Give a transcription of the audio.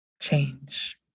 change